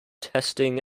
testing